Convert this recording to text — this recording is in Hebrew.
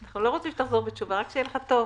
אנחנו לא רוצים שתחזור בתשובה, רק שיהיה לך טוב.